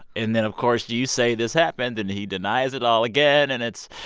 and then, of course, you you say this happened, and he denies it all again. and it's.